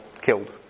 killed